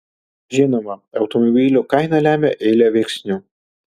žinoma automobilio kainą lemia eilė veiksnių